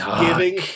giving